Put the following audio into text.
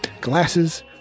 glasses